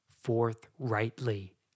forthrightly